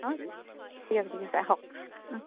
অঁ ঠিক আছে ঠিক আছে হওক